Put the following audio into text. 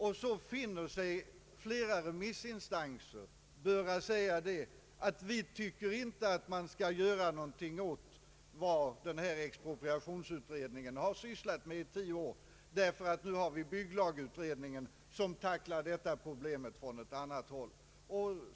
Då framhåller flera remissinstanser, att de inte tycker att något skall göras åt vad denna expropriationsutredning har syssat med så länge, ty nu finns bygglagutredningen, som angriper problemet från ett annat håll.